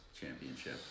championship